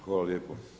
Hvala lijepo.